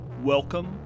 Welcome